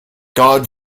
god